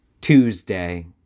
Tuesday